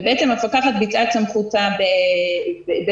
ובעצם המפקחת ביצעה את סמכותה בצורה